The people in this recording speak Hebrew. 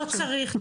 לא צריך.